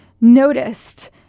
noticed